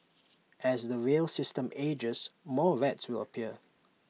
as the rail system ages more rats will appear